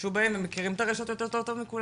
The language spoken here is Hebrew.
תשתמשו בהם הם מכירים את הרשתות יותר טוב מכולנו.